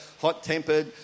hot-tempered